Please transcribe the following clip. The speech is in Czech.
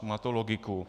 Má to logiku.